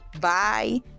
Bye